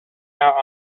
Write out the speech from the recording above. out